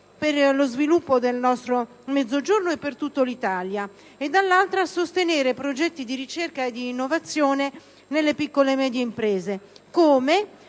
per lo sviluppo del nostro Mezzogiorno e per tutta l'Italia; dall'altra, sostenere progetti di ricerca e di innovazione nelle piccole e medie imprese. Come?